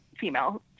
female